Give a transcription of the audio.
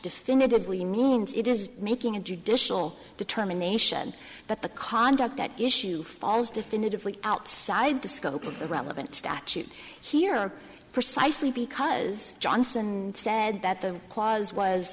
definitively means it is making a judicial determination but the conduct at issue falls definitively outside the scope of the relevant statute here are precisely because johnson said that the clause was